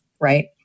right